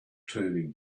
turning